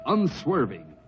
Unswerving